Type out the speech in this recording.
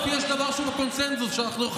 למה?